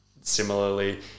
similarly